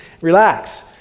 Relax